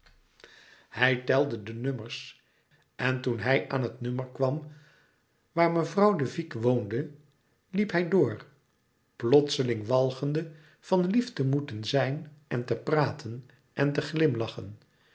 hij telde de nummers en toen hij aan het nummer kwam waar mevrouw de vicq woonde liep hij door plotseling walgende van lief te moeten zijn en te praten en te glimlachen